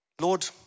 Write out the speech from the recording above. Lord